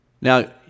Now